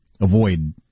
avoid